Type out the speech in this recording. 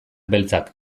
beltzak